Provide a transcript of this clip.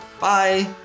bye